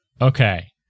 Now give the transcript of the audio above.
Okay